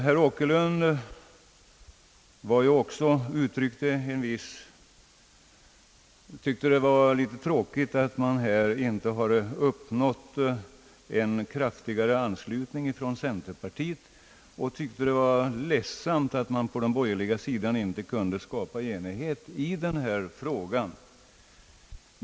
Herr Åkerlund tyckte det var tråkigt att man inte hade uppnått kraftigare anslutning från centerpartiet och att det var ledsamt att de borgerliga partierna inte kunde enas i denna fråga.